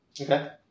okay